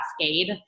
cascade